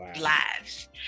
lives